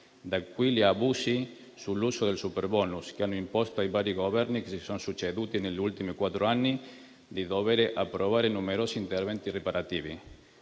Da qui gli abusi sull'uso del superbonus, che hanno imposto ai vari Governi che si sono succeduti negli ultimi quattro anni di dovere approvare numerosi interventi riparativi.